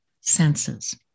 senses